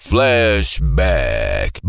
Flashback